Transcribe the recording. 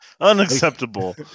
Unacceptable